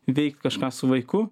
veikt kažką su vaiku